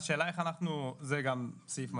זה גם סעיף מדאיג,